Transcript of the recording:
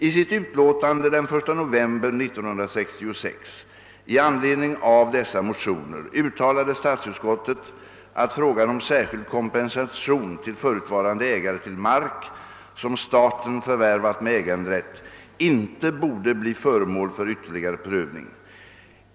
I sitt utlåtande den 1 november 1966 i anledning av nämnda motioner uttalade statsutskottet att frågan om särskild kompensation till förutvarande ägare till mark, som staten förvärvat med äganderätt, inte borde bli föremål för ytterligare prövning.